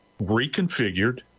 reconfigured